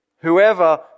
Whoever